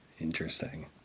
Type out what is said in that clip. Interesting